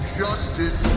justice